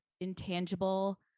intangible